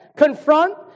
Confront